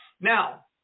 Now